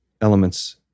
elements